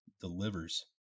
delivers